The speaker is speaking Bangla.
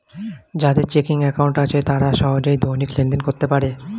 যাদের চেকিং অ্যাকাউন্ট আছে তারা সহজে দৈনিক লেনদেন করতে পারে